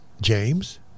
James